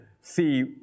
see